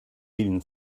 even